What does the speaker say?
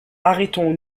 arrêtons